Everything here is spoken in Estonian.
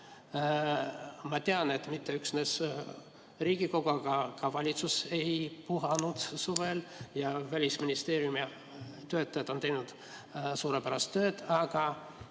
Ma tean, et mitte üksnes Riigikogu, aga ka valitsus ei puhanud suvel ja Välisministeeriumi töötajad on teinud suurepärast tööd. Aga